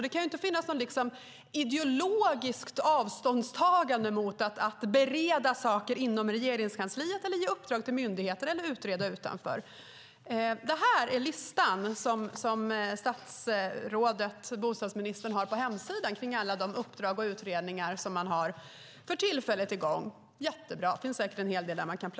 Det kan inte finnas något ideologiskt avståndstagande från att bereda saker inom Regeringskansliet, ge uppdrag till myndigheter eller utreda utanför. Bostadsministern har en lista på hemsidan på alla de uppdrag och utredningar som Boverket har i gång för tillfället. Jättebra - det finns säkert en hel del att plocka där.